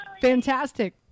Fantastic